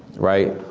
right?